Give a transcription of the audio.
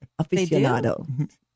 aficionado